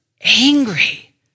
angry